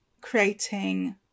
creating